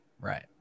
Right